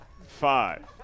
Five